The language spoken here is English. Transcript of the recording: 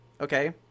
Okay